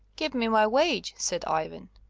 give me my wage, said ivan.